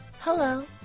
Hello